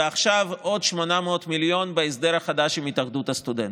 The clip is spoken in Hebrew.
ועכשיו עוד 800 מיליון בהסדר החדש עם התאחדות הסטודנטים.